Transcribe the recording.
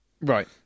Right